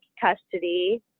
custody